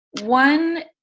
one